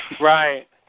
Right